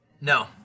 No